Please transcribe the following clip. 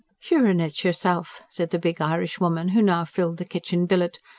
sure and it's yourself, said the big irishwoman who now filled the kitchen-billet.